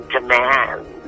Demand